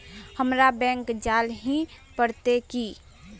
हमरा बैंक जाल ही पड़ते की?